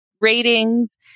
ratings